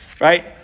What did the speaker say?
Right